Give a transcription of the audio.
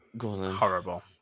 horrible